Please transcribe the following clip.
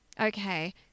Okay